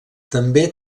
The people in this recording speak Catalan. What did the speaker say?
també